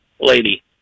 Lady